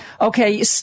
okay